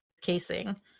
casing